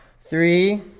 three